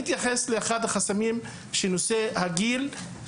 אתייחס לאחד החסמים, נושא הגיל.